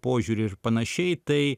požiūriu ir panašiai tai